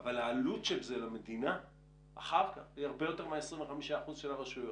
אבל העלות של זה למדינה אחר כך היא הרבה יותר מ-25% של הרשויות.